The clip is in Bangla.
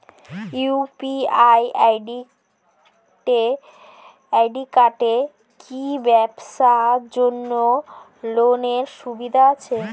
ইউ.পি.আই একাউন্টে কি ব্যবসার জন্য লোনের সুবিধা আছে?